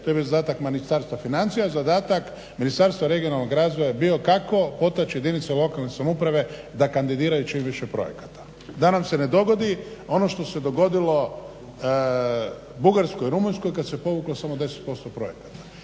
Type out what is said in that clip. To je bio zadatak Ministarstva financija. Zadatak Ministarstva regionalnog razvoja je bio kako potaći jedinice lokalne samouprave da kandidiraju čim više projekata da nam se ne dogodi ono što se dogodilo Bugarskoj i Rumunjskoj kad se povuklo samo 10% projekata.